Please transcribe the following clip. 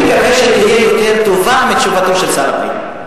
אני מקווה שתהיה יותר טובה מתשובתו של שר הפנים.